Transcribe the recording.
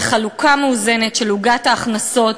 וחלוקה מאוזנת של עוגת ההכנסות,